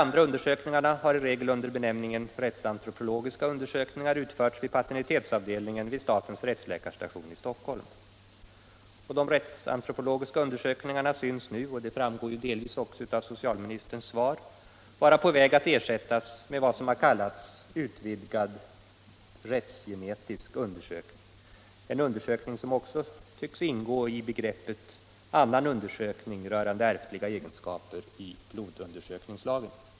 Dessa undersökningar har i regel under benämningen rättsantropologiska undersökningar utförts vid paternitetsavdelningen vid statens rättsläkarstation i Stockholm. De rättsantropologiska undersökningarna syns nu — det framgår delvis också av socialministerns svar — vara på väg att ersättas med vad som har kallats utvidgad rättsgenetisk undersökning, en undersökning som också tycks ingå under begreppet ”annan undersökning rörande ärftliga egenskaper” i blodundersökningslagen.